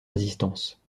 résistance